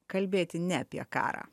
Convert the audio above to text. kalbėti ne apie karą